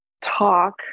talk